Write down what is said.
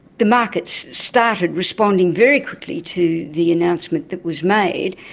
the markets started responding very quickly to the announcement that was made.